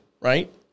right